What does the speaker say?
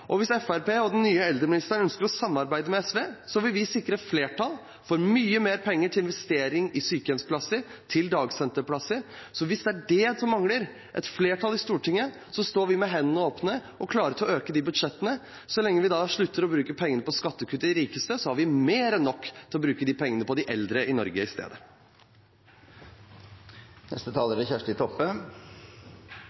og hvis Fremskrittspartiet og den nye eldreministeren ønsker å samarbeide med SV, vil vi sikre flertall for mye mer penger til investering i sykehjemsplasser og dagsenterplasser. Hvis det er et flertall i Stortinget som mangler, står vi med hendene åpne og er klare til å øke de budsjettene. Så lenge vi slutter å bruke pengene på skattekutt til de rikeste, har vi mer enn nok penger å bruke på de eldre i Norge i stedet.